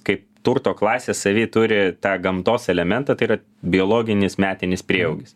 kaip turto klasė savy turi tą gamtos elementą tai yra biologinis metinis prieaugis